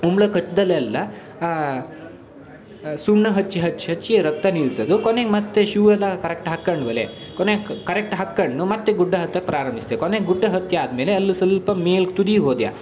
ಉಂಬಳ ಕಚ್ಚಿದಲ್ಲೆಲ್ಲ ಸುಣ್ಣ ಹಚ್ಚಿ ಹಚ್ಚಿ ಹಚ್ಚಿ ರಕ್ತ ನಿಲ್ಸೋದು ಕೊನೆಗೆ ಮತ್ತೆ ಶೂ ಎಲ್ಲ ಕರೆಕ್ಟ್ ಹಾಕ್ಕಂಡ್ವಲೆ ಕೊನೆಗೆ ಕರೆಕ್ಟ್ ಹಾಕ್ಕಂಡು ಮತ್ತೆ ಗುಡ್ಡ ಹತ್ತಕ್ಕೆ ಪ್ರಾರಂಭಿಸ್ದ್ಯ ಕೊನೆಗೆ ಗುಡ್ಡ ಹತ್ತಿ ಆದ ಮೇಲೆ ಅಲ್ಲಿ ಸ್ವಲ್ಪ ಮೇಲೆ ತುದೀಗೆ ಹೋದ್ಯ